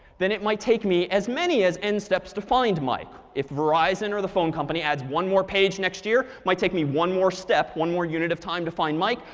then it might take me as many as n steps to find mike. if verizon or the phone company adds one more page next year, it might take me one more step one more unit of time to find mike.